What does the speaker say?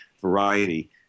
variety